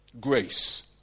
grace